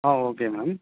ah okay ma'am